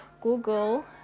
Google